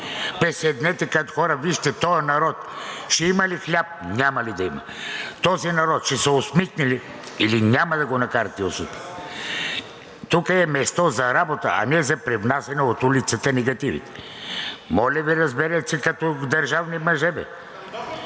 седнете като хора, вижте този народ ще има ли хляб, няма ли да има? Този народ ще се усмихне ли, или няма да го накарате да се усмихне? Тук е място за работа, а не за привнасяне от улицата на негативи. Моля Ви, разберете се като държавни мъже